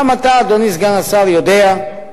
גם אתה, אדוני סגן השר, יודע שחרף